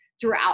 throughout